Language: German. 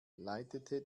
leitete